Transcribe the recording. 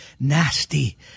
nasty